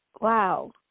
Wow